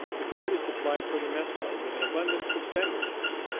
the guard is supplied from the mess hall with an abundance of sandwiches.